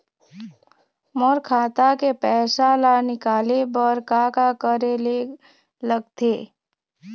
मोर खाता के पैसा ला निकाले बर का का करे ले लगथे?